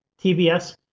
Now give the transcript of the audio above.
TBS